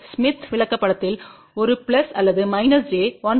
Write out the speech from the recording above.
Smith விளக்கப்படத்தில் 1 plus அல்ல j 1